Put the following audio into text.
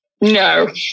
No